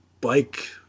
Bike